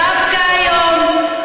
דווקא היום,